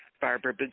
Barbara